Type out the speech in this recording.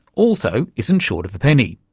also isn't short of a penny.